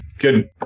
Good